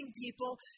people